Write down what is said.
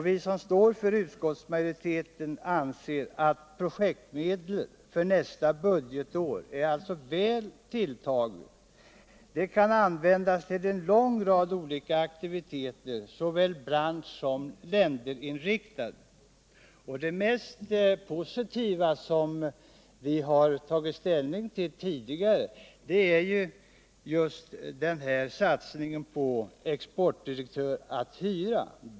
Vi som stär för utskottsmajoriteten anser att projektmedlen för nästa budgetår är väl ulltagna; de kan användas till en lång rad aktiviteter, såväl bransch som länderinriktade. Det mest positiva vi har tagit ställning till tidigare är ju just satsningen på exportdirektör att hyra.